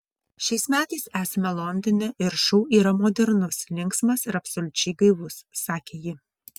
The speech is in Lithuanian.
šiais metais esame londone ir šou yra modernus linksmas ir absoliučiai gaivus sakė ji